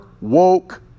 woke